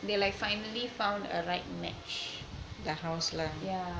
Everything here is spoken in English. they like finally found a right match yeah